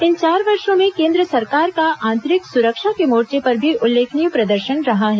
इन चार वर्षो में केंद्र सरकार का आंतरिक सुरक्षा के मोर्च पर भी उल्लेखनीय प्रदर्शन रहा है